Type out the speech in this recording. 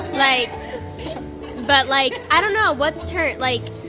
like but like i don't know what's turnt? like.